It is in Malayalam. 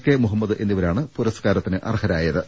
കെ മുഹമ്മദ് എന്നിവരാണ് പുരസ്കാരത്തിന് അർഹരായത്